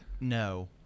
No